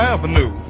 Avenue